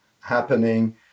happening